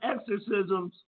exorcisms